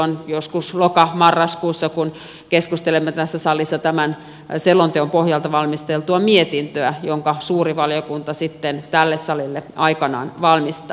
silloin joskus loka marraskuussa keskustelemme tässä salissa tämän selonteon pohjalta valmistellusta mietinnöstä jonka suuri valiokunta tälle salille aikanaan valmistaa